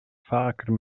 vaker